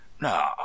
No